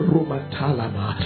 Rumatalama